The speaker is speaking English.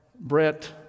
Brett